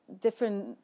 different